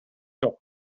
жок